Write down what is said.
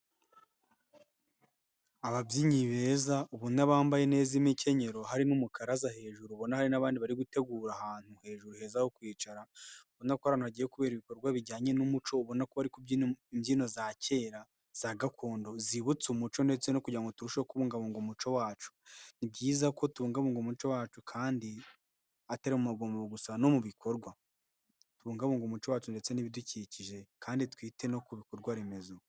Ababyinnyi beza ubona bambaye neza imikenyero hari n'umukaraza hejuru ubona hari n'abandi bari gutegura ahantu hejuru heza ho kwicara ubona ko ari ahantu hagiye kubera ibikorwa bijyanye n'umuco ubona ko ari kubyina imbyino za kera za gakondo zibutse umuco ndetse no kugira ngo turushe kubungabunga umuco wacu, ni byiza ku tubungabunga umuco wacu kandi atari mu magomero gusa no mu bikorwa tubungabunge umuco wacu ndetse n'ibidukikije kandi twite no ku bikorwa remezo.